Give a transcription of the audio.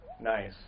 Nice